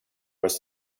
was